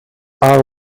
are